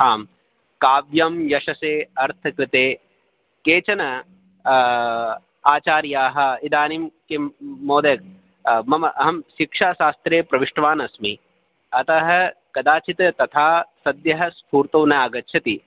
आम् काव्यं यशसे अर्थकृते केचन आचार्याः इदानीम् किं महोदय मम् अहं सिक्षासास्त्रे प्रविष्टवान्नस्मि अतः कदाचित् तथा सद्यः स्फूर्तौ नागच्छति